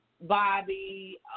Bobby